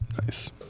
Nice